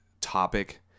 topic